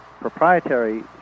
proprietary